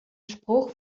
spruch